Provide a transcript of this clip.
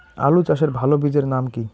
আলু চাষের ভালো বীজের নাম কি?